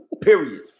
Period